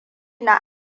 na